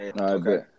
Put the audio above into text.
Okay